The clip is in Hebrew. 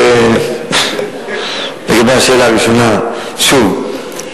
לגבי השאלה הראשונה: שוב,